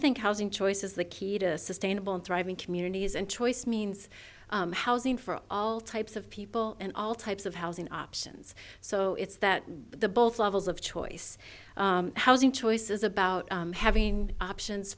think housing choice is the key to sustainable and thriving communities and choice means housing for all types of people and all types of housing options so it's that the both levels of choice housing choices about having options